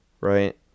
right